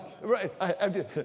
right